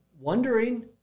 wondering